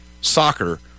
soccer